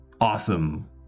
Awesome